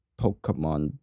Pokemon